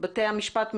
בתי המשפט מקלים?